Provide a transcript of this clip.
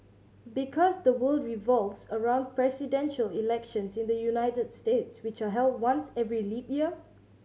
because the world revolves around presidential elections in the United States which are held once every leap year